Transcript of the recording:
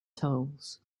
tolls